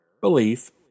belief